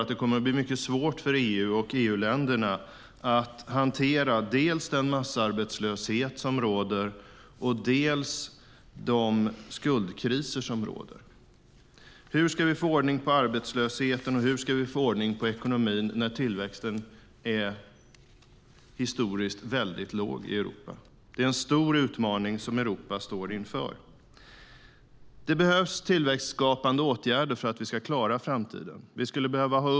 Hur ska vi få ordning på arbetslösheten och ekonomin när tillväxten är historiskt väldigt låg i Europa? Det är en stor utmaning som Europa står inför. Det behövs tillväxtskapande åtgärder för att vi ska klara framtiden.